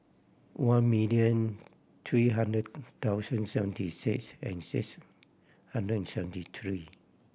one million three hundred thousand seventy six and six hundred and seventy three